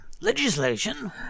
legislation